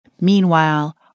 Meanwhile